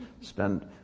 spend